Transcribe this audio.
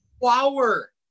flower